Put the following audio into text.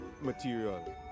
material